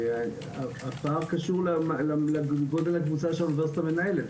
הפער קשור לגודל הקבוצה שהאוניברסיטה מנהלת.